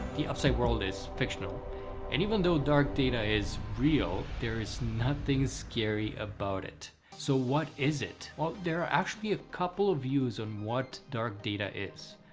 the upside world is fictional and even though dark data is real there is nothing scary about it. so what is it? well, there are actually a couple of views on what dark data is,